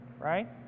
right